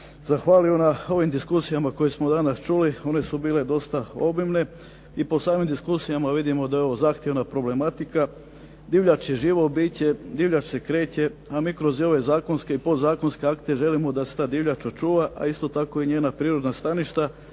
zahvalio na ovim diskusijama koje smo danas čuli, one su bile dosta obimne i po samim diskusijama vidimo da je ovo zahtjevna problematika. Divljač je živo biće, divljač se kreće, a mi kroz ove zakonske i podzakonske akte želimo da se ta divljač očuva, a isto tako i njena prirodna staništa,